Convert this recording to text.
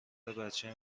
بچه